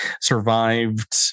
survived